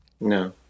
No